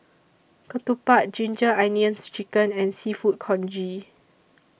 Ketupat Ginger Onions Chicken and Seafood Congee